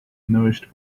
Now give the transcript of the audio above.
nourished